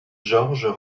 georges